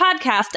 podcast